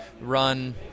run